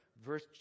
verse